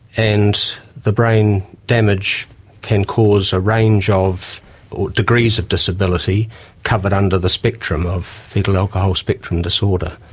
and the brain damage can cause a range of or degrees of disability covered under the spectrum of fetal alcohol spectrum disorder.